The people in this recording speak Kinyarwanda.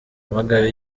nyamagabe